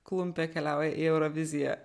klumpė keliauja į euroviziją